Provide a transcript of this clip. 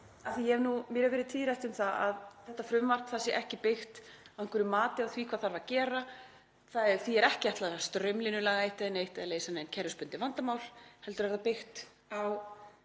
að mér hefur orðið tíðrætt um að þetta frumvarp sé ekki byggt á einhverju mati á því hvað þarf að gera, því er ekki ætlað að straumlínulaga eitt eða neitt eða leysa nein kerfisbundin vandamál heldur er það byggt á